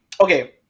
Okay